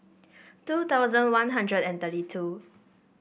two thousand One Hundred and thirty two